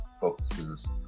focuses